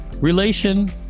Relation